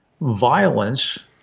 Violence